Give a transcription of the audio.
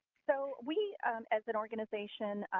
so, we as an organization,